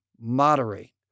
moderate